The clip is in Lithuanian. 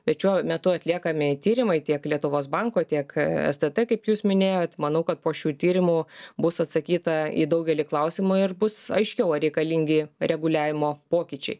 bet šiuo metu atliekami tyrimai tiek lietuvos banko tiek stt kaip jūs minėjot manau kad po šio tyrimų bus atsakyta į daugelį klausimų ir bus aiškiau ar reikalingi reguliavimo pokyčiai